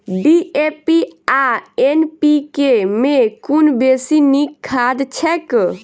DAP आ NPK मे कुन बेसी नीक खाद छैक?